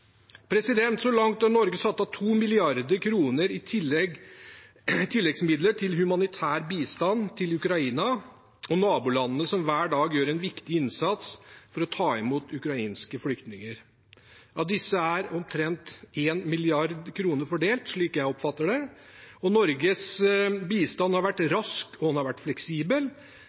Så langt har Norge satt av 2 mrd. kr i tilleggsmidler til humanitær bistand til Ukraina og nabolandene, som hver dag gjør en viktig innsats for å ta imot ukrainske flyktninger. Av disse er omtrent 1 mrd. kr fordelt – slik jeg oppfatter det. Norges bistand har vært rask, den har vært fleksibel,